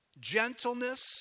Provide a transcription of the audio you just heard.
gentleness